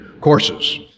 courses